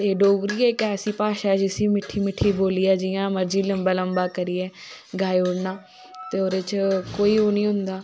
ते डोगरी इक ऐसी भाशा ऐ जिसी मिट्ठी मिट्टी बोलियै जियां मर्जी लम्बा लम्बा करियै गाई उड़ना ते ओह्दे च कोई ओह् नी होंदा